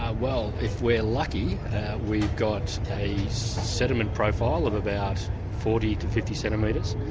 ah well, if we're lucky we've got a sediment profile of about forty to fifty centimetres,